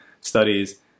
studies